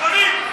שקרנים.